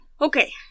Okay